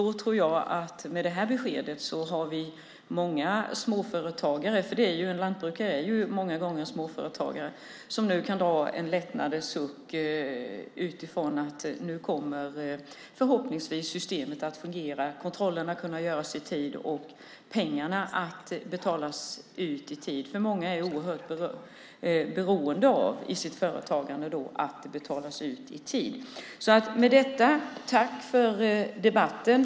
Med detta besked kan många småföretagare, som ju lantbrukare ofta är, dra en lättnadens suck i förhoppningen att systemet nu kommer att fungera, att kontrollerna kommer att kunna göras i tid och att pengarna kommer att betalas ut i tid, för många är i sitt företagande beroende av att det betalas ut i tid. Med detta vill jag tacka för debatten.